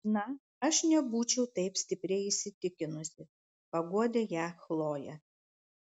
na aš nebūčiau taip stipriai įsitikinusi paguodė ją chlojė